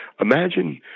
Imagine